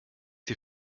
die